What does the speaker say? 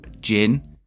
gin